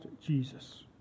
Jesus